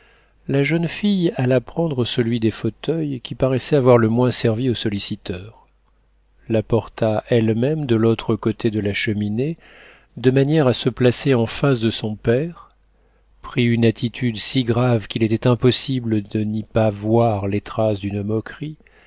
la jeune fille alla prendre celui des fauteuils qui paraissait avoir le moins servi aux solliciteurs l'apporta elle-même de l'autre côté de la cheminée de manière à se placer en face de son père prit une attitude si grave qu'il était impossible de n'y pas voir les traces d'une moquerie